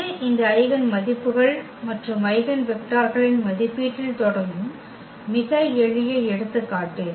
இது இந்த ஐகென் மதிப்புகள் மற்றும் ஐகென் வெக்டர்களின் மதிப்பீட்டில் தொடங்கும் மிக எளிய எடுத்துக்காட்டு